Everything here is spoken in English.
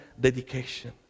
dedication